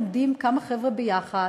לומדים כמה חבר'ה יחד,